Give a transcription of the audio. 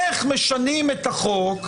איך משנים את החוק,